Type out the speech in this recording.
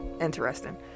interesting